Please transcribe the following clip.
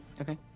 Okay